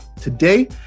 today